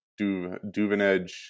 Duvenage